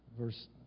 Verse